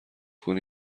کنی